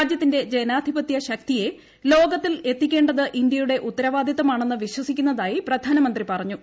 രാജ്യത്തിന്റെ ജനാധിപത്യ ശക്തിയെ ്ലോക്ത്തിൽ എത്തിക്കേണ്ടത് ഇന്ത്യയുടെ ഉത്തരവാദിത്തമാണ്ടെന്നു് വിശ്വസിക്കുന്നതായി പ്രധാനമന്ത്രി പറഞ്ഞു